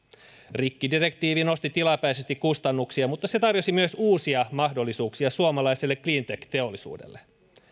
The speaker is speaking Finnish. rikkidirektiivi nosti tilapäisesti kustannuksia mutta se tarjosi myös uusia mahdollisuuksia suomalaiselle cleantech teollisuudelle